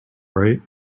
right